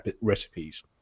recipes